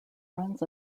runs